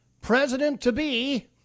president-to-be